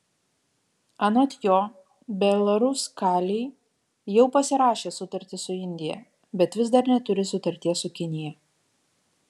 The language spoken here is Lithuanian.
anot jo belaruskalij jau pasirašė sutartį su indija bet vis dar neturi sutarties su kinija